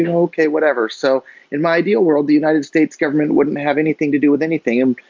and okay. whatever. so in my ideal world, the united states government wouldn't have anything to do with anything. and